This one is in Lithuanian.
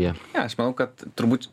ir aš manau kad turbūt